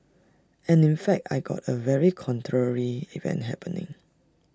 and in fact I got A very contrary event happening